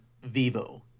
Vivo